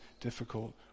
difficult